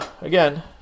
again